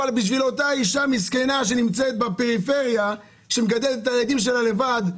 אבל בשביל אותה אישה מסכנה שנמצאת בפריפריה ומגדלת את הילדים שלה לבד,